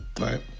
Right